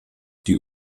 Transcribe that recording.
die